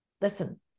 listen